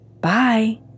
Bye